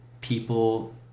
people